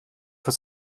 für